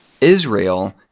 Israel